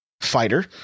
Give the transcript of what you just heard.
fighter